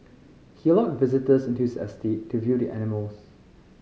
he allowed visitors into his estate to view the animals